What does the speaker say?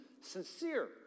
sincere